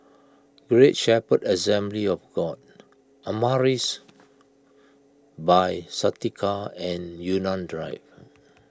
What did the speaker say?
Great Shepherd Assembly of God Amaris By Santika and Yunnan Drive